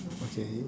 okay